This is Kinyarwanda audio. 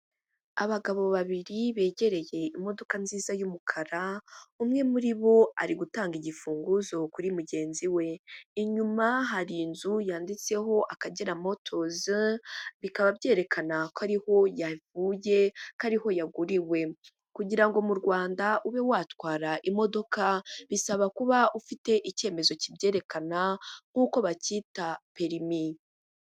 Abagabo babiri begereye imodoka nziza y'umukara, umwe muri bo ari gutanga igifunguzo kuri mugenzi we. Inyuma hari inzu yanditseho Akagera motoze bikaba byerekana ko ariho yavuye, ko ariho yaguriwemo. Kugira ngo mu Rwanda ube watwara imodoka bisaba kuba ufite icyemezo kibyerekana nk'uko bacyita perimi.